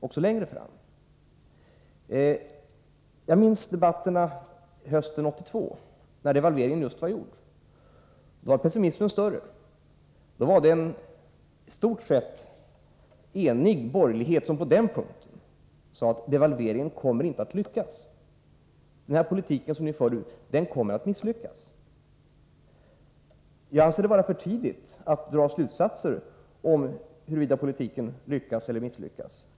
Jag minns debatterna hösten 1982, när devalveringen just var gjord. Då var pessimismen större. Det var en i det närmaste enig borgerlighet som sade att devalveringen och den politik som vi förde skulle misslyckas. Jag anser det ännu vara för tidigt att dra slutsatser om huruvida politiken lyckas eller misslyckas.